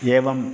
एवम्